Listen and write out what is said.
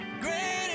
Great